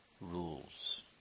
rules